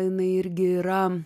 jinai irgi yra